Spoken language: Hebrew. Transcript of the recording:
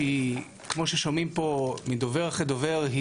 כמו ששומעים פה מדובר אחרי דובר,